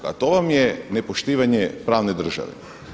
A to vam je nepoštivanje pravne države.